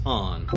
on